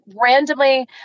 randomly